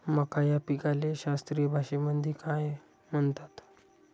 मका या पिकाले शास्त्रीय भाषेमंदी काय म्हणतात?